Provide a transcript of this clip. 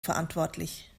verantwortlich